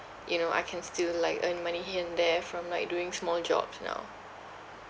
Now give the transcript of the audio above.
you know I can still like earn money here and there from like doing small jobs you know